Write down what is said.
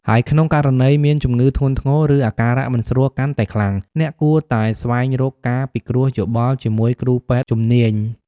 ហើយក្នុងករណីមានជំងឺធ្ងន់ធ្ងរ ឬអាការៈមិនស្រួលកាន់តែខ្លាំង អ្នកគួរតែស្វែងរកការពិគ្រោះយោបល់ជាមួយគ្រូពេទ្យជំនាញ។